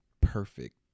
Perfect